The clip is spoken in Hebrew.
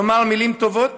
לומר מילים טובות.